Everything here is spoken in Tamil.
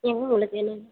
என்ன உங்களுக்கு வேணுங்க